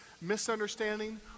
misunderstanding